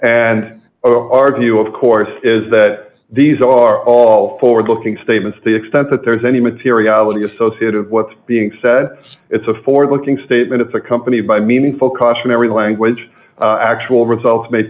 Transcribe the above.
and argue of course is that these are all forward looking statements to the extent that there's any materiality associate of what's being said it's a ford looking statement it's accompanied by meaningful cautionary language actual results may